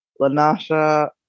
Lanasha